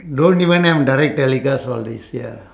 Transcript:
don't even have direct telecast all this ya